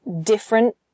different